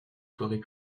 soirées